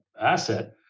asset